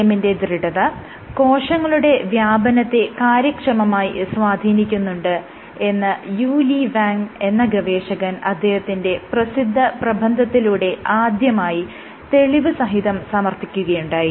ECM ന്റെ ദൃഢത കോശങ്ങളുടെ വ്യാപനത്തെ കാര്യക്ഷമമായി സ്വാധീനിക്കുന്നുണ്ട് എന്ന് യു ലി വാങ് എന്ന ഗവേഷകൻ അദ്ദേഹത്തിന്റെ പ്രസിദ്ധ പ്രബന്ധത്തിലൂടെ ആദ്യമായി തെളിവ് സഹിതം സമർത്ഥിക്കുകയുണ്ടായി